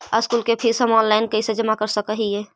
School के fees हम online कैसे जमा कर सक हिय?